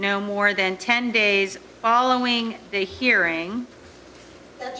no more than ten days following the hearing